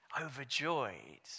Overjoyed